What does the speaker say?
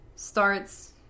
starts